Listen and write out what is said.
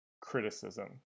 criticism